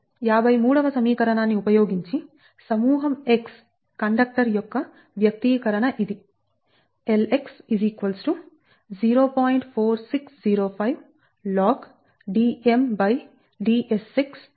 53 వ సమీకరణాన్ని ఉపయోగించి సమూహం x కండక్టర్ యొక్క వ్యక్తీకరణ ఇది Lx 0